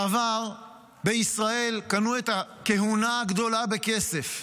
בעבר בישראל קנו את הכהונה הגדולה בכסף.